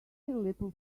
little